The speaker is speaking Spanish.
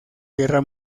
guerra